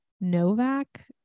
Novak